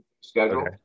schedule